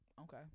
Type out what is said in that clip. Okay